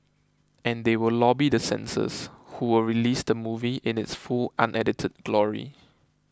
and they will lobby the censors who will release the movie in its full unedited glory